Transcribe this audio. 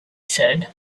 said